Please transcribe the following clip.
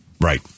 Right